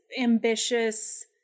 ambitious